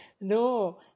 No